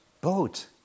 boat